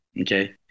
okay